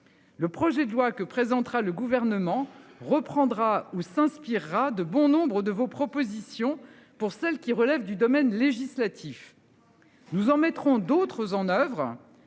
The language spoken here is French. Le projet de loi que présentera le gouvernement reprendra ou s'inspirera de bon nombre de vos propositions pour celles qui relèvent du domaine législatif. Nous en mettrons d'autres en oeuvre